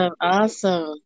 awesome